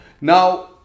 now